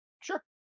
sure